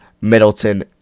middleton